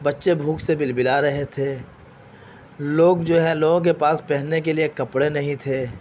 بچے بھوک سے بلبلا رہے تھے لوگ جو ہے لوگوں کے پاس پہننے کے لیے کپڑے نہیں تھے